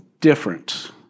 different